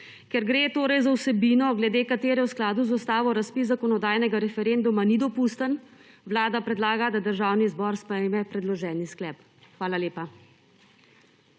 Ker gre torej za vsebino, glede katere v skladu z ustavo razpis zakonodajnega referenduma ni dopusten, Vlada predlaga, da Državni zbor sprejme predloženi sklep. Hvala lepa.